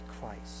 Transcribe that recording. Christ